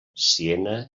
siena